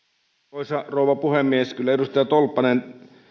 arvoisa rouva puhemies kyllä edustaja tolppanen